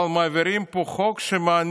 אבל מעבירים פה חוק שמעניק